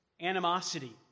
animosity